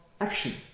action